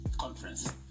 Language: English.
conference